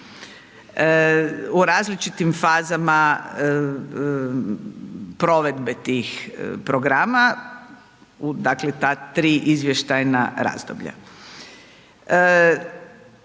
U različitim fazama provedbe tih programa, dakle ta tri izvještajna razdoblja.